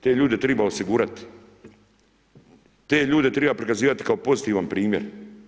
Te ljude treba osigurati, te ljude treba prikazivati kao pozitivan primjer.